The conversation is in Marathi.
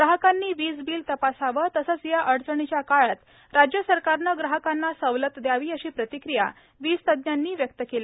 ग्राहकांनी वीज बिल तपासावे तसेच या अडचणीच्या काळात राज्य सरकारने ग्राहकांना सवलत द्यावी अशी प्रतिक्रिया वीज तज्जांनी व्यक्त केल्या